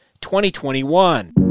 2021